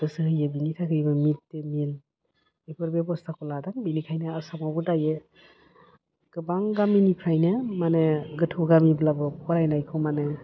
गोसो होयो बिनि थाखैबो मिड दे मिल बेफोर बेब'स्थाखौ लादों बिनिखायनो आसामावबो दायो गोबां गामिनिफ्रायनो माने गोथौ गामिब्लाबो फरायनायखौ माने